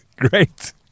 Great